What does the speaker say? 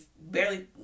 barely